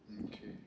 mm okay